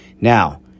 Now